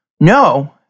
No